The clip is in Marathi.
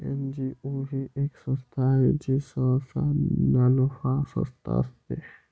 एन.जी.ओ ही एक संस्था आहे जी सहसा नानफा संस्था असते